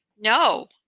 No